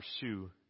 pursue